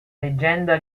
leggenda